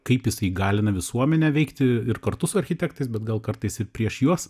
kaip jis įgalina visuomenę veikti ir kartu su architektais bet gal kartais ir prieš juos